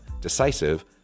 decisive